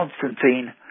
Constantine